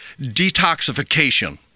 detoxification